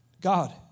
God